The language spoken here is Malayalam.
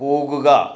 പോകുക